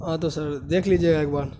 ہاں تو سر دیکھ لیجیے گا ایک بار